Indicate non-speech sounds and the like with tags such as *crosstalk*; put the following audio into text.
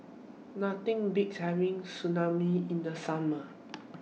Nothing Beats having *unintelligible* in The Summer